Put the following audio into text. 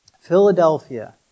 Philadelphia